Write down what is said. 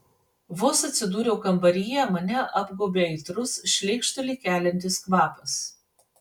vos atsidūriau kambaryje mane apgaubė aitrus šleikštulį keliantis kvapas